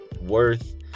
worth